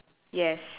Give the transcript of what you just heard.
yes